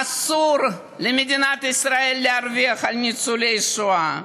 אסור למדינת ישראל להרוויח על ניצולי השואה,